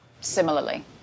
Similarly